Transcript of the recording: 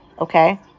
okay